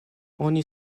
oni